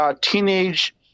teenage